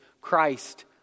Christ